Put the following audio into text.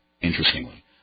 interestingly